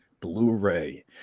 blu-ray